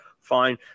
fine